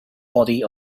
body